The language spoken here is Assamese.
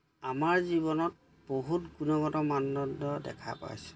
আমাৰ জীৱনত বহুত গুণগত মানদণ্ড দেখা পাইছে